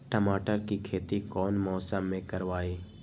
टमाटर की खेती कौन मौसम में करवाई?